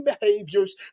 behaviors